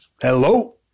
Hello